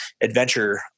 adventure